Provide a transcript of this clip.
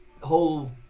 whole